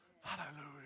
Hallelujah